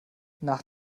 nach